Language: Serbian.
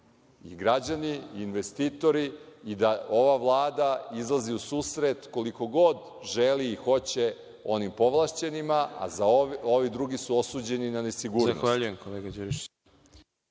i građani i investitori i da ova Vlada izlazi u susret koliko god želi i hoće onim povlašćenima, a ovi drugi su osuđeni na nesigurnost.